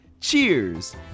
cheers